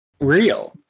real